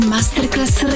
Masterclass